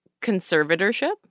conservatorship